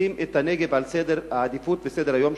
תשים את הנגב בסדר העדיפויות בסדר-היום